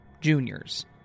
juniors